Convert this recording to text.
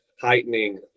heightening